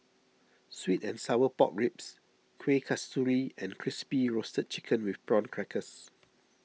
Sweet and Sour Pork Ribs Kueh Kasturi and Crispy Roasted Chicken with Prawn Crackers